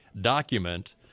document